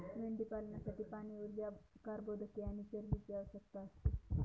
मेंढीपालनासाठी पाणी, ऊर्जा, कर्बोदके आणि चरबीची आवश्यकता असते